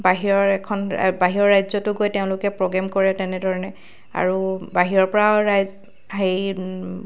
বাহিৰৰ এখন বাহিৰৰ ৰাজ্যতো তেওঁলোকে গৈ প্ৰগ্ৰেম কৰে তেনেধৰণে আৰু বাহিৰৰ পৰাও ৰাইজ হেৰি